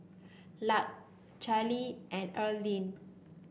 Lark Carlie and Erline